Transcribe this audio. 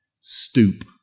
stoop